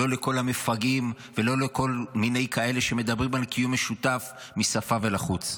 לא לכל המפגעים ולא לכל מיני כאלה שמדברים על קיום משותף מהשפה ולחוץ.